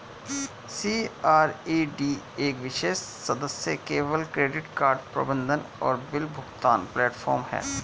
CRED एक विशेष सदस्य केवल क्रेडिट कार्ड प्रबंधन और बिल भुगतान प्लेटफ़ॉर्म है